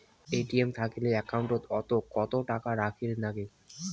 ATM থাকিলে account ওত কত টাকা রাখীর নাগে?